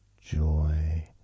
joy